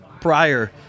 prior